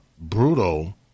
brutal